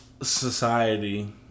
society